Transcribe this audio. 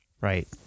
right